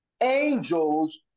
angels